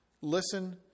listen